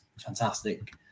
fantastic